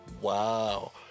Wow